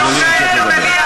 אדוני ימשיך לדבר.